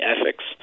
ethics